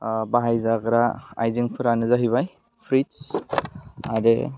ओह बाहाय जाग्रा आइजेंफोरानो जाहैबाय प्रिटस आरो